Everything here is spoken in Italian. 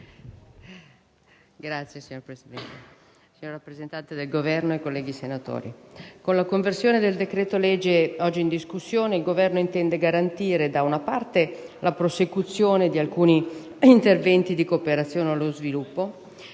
*(FLI)*. Signora Presidente, signor rappresentante del Governo, onorevoli senatori, con la conversione del decreto-legge oggi in discussione il Governo intende garantire, da una parte, la prosecuzione di alcuni interventi di cooperazione allo sviluppo